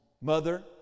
Mother